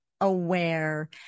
aware